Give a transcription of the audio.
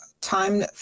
time